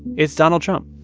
it's donald trump